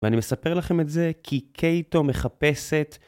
ואני מספר לכם את זה כי קייטו מחפשת.